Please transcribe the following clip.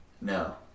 no